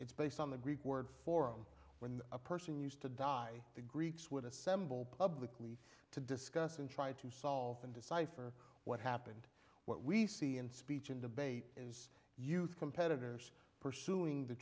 it's based on the greek word form when a person used to die the greeks would assemble public week to discuss and try to solve and decipher what happened what we see in speech and debate is youth competitors pursuing the